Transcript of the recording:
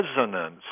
resonance